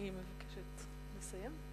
אני מבקשת לסיים.